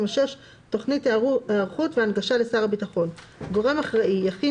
תכנית היערכות והנגשה לשר הביטחון 36. גורם אחראי יכין